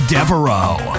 Devereaux